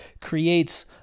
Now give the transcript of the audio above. creates